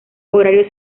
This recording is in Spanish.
horario